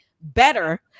better